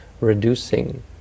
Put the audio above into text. reducing